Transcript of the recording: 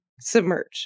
submerge